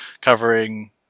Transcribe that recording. covering